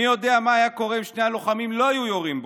מי יודע מה היה קורה אם שני הלוחמים לא היו יורים בו,